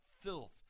filth